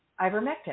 ivermectin